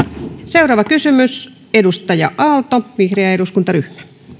seuraava kysymys edustaja aalto vihreä eduskuntaryhmä